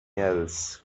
else